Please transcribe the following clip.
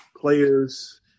players